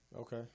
Okay